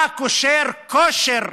אתה קושר קשר,